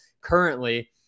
currently